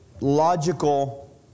logical